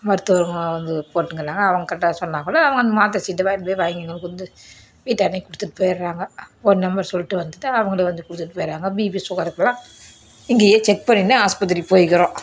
மருத்துவர்கள் வந்து போட்டுக்கின்னா அவங்கள்கிட்ட சொன்னாக் கூட அவங்க அந்த மாத்திர சீட்டை தான் எடுத்துகிட்டுப் போய் வாங்கி எங்களுக்கு வந்து வீட்டாண்டையே கொடுத்துட்டுப் பேயிடுறாங்க ஒரு நம்பர் சொல்லிட்டு வந்துவிட்டா அவங்களே வந்து கொடுத்துட்டுப் பேயிடுறாங்க பிபி சுகருக்குலாம் இங்கேயே செக் பண்ணிவிட்டு தான் ஆஸ்பத்திரி போயிக்கறோம்